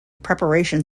preparation